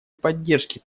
поддержке